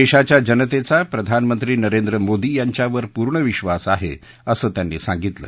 देशाच्या जनतेचा प्रधानमंत्री नरेंद्र मोदी यांच्यावर पूर्ण विधास आहे असं त्यांनी सांगितलं